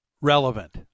relevant